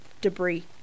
debris